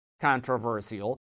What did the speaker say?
controversial